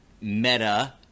Meta